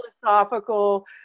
philosophical